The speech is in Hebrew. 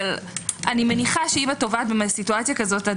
אבל אני מניחה שאם בסיטואציה כזאת חוות הדעת